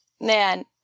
man